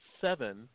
seven